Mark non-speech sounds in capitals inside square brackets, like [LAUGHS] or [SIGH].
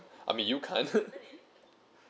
I mean you can't [LAUGHS]